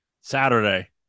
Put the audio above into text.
Saturday